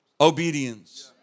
obedience